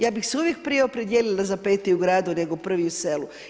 Ja bih se uvijek prije opredijelila za peti u gradu nego prvi u selu.